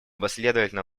последовательно